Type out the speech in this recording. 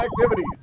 activities